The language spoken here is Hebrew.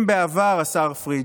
אם בעבר, השר פריג',